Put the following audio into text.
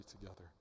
together